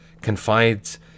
confides